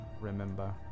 remember